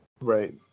Right